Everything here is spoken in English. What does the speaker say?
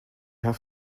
have